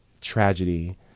tragedy